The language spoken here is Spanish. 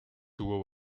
tuvo